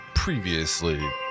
previously